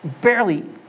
barely